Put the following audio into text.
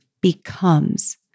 becomes